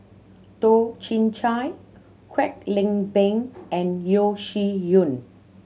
Toh Chin Chye Kwek Leng Beng and Yeo Shih Yun